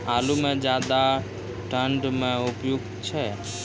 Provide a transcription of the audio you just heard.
आलू म ज्यादा ठंड म उपयुक्त छै?